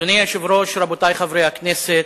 אדוני היושב-ראש, רבותי חברי הכנסת,